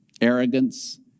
arrogance